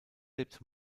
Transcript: lebt